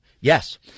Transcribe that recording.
Yes